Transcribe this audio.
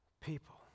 people